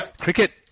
cricket